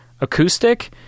acoustic